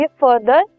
further